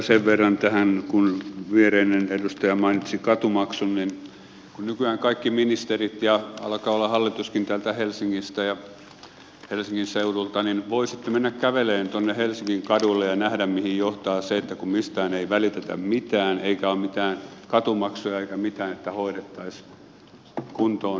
sen verran tähän kun viereinen edustaja mainitsi katumaksun niin kun nykyään kaikki ministerit alkavat olla hallituskin täältä helsingistä ja helsingin seudulta niin voisitte mennä kävelemään tuonne helsingin kaduille ja nähdä mihin johtaa se että kun mistään ei välitetä mitään eikä ole mitään katumaksuja eikä mitään että hoidettaisiin kuntoon asiat